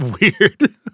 weird